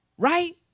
Right